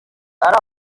ari